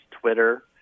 Twitter